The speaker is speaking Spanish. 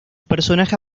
personaje